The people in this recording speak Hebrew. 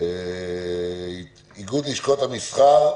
איגוד לשכות המסחר,